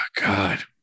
God